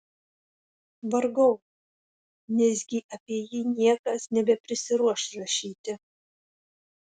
vargau nesgi apie jį niekas nebeprisiruoš rašyti